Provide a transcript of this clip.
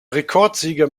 rekordsieger